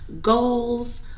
goals